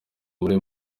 muri